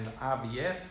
RBF